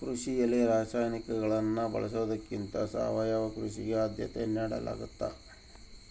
ಕೃಷಿಯಲ್ಲಿ ರಾಸಾಯನಿಕಗಳನ್ನು ಬಳಸೊದಕ್ಕಿಂತ ಸಾವಯವ ಕೃಷಿಗೆ ಆದ್ಯತೆ ನೇಡಲಾಗ್ತದ